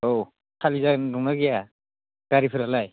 औ खालि गारि दंना गैया गारिफ्रालाय